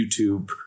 YouTube